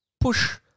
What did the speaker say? push